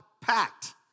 Packed